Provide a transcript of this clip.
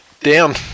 down